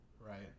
right